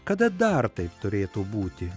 kada dar taip turėtų būti